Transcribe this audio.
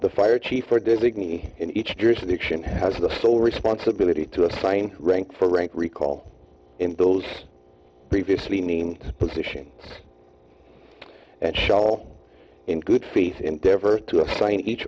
the fire chief or designee in each jurisdiction has the sole responsibility to assign rank for rank recall in those previously named position and show in good faith endeavor to assign each